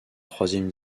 troisième